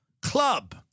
club